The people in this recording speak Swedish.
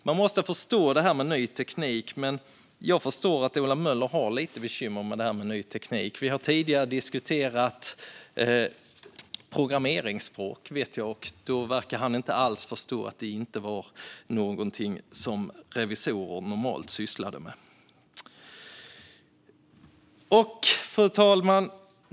Man måste förstå ny teknik, men jag förstår att Ola Möller har bekymmer med frågan om ny teknik. Vi har tidigare diskuterat programmeringsspråk, och då verkar han inte alls ha förstått att de inte är något som revisorer normalt sysslar med. Fru talman!